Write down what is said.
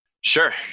Sure